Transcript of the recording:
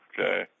Okay